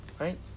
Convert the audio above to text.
right